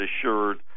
assured